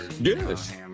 Yes